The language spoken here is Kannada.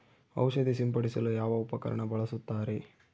ಔಷಧಿ ಸಿಂಪಡಿಸಲು ಯಾವ ಉಪಕರಣ ಬಳಸುತ್ತಾರೆ?